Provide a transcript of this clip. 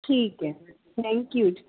ਠੀਕ ਹੈ thank you